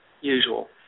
usual